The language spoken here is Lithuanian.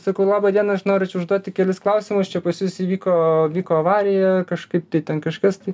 sakau laba diena aš noriu čia užduoti kelis klausimus čia pas jus įvyko vyko avarija kažkaip tai ten kažkas tai